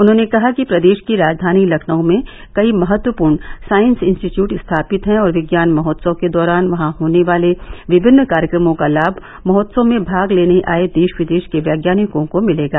उन्होंने कहा कि प्रदेश की राजधानी लखनऊ में कई महत्वपूर्ण साइंस इंस्टीट्यूट स्थापित है और विज्ञान महोत्सव के दौरान वहां होने वाले विभिन्न कार्यक्रमों का लाभ महोत्सव में भाग लेने आये देश विदेश के वैज्ञानिकों को मिलेगा